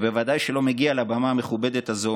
ובוודאי שלא מגיע לבמה המכובדת הזו